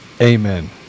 Amen